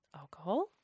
alcohol